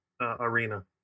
arena